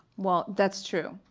well, that's true.